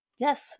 Yes